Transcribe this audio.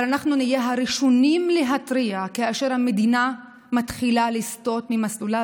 אבל אנחנו נהיה הראשונים להתריע כאשר המדינה מתחילה לסטות ממסלולה,